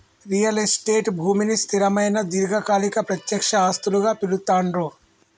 real estate భూమిని స్థిరమైన దీర్ఘకాలిక ప్రత్యక్ష ఆస్తులుగా పిలుత్తాండ్లు